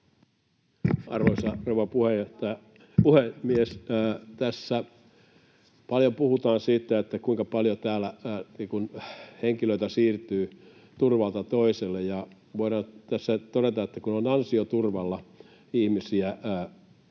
Arvoisa rouva puhemies! Tässä puhutaan paljon siitä, kuinka paljon henkilöitä siirtyy turvalta toiselle. Voidaan tässä todeta, että kun on ansioturvalla ihmisiä,